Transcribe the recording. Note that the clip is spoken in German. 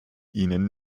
ihnen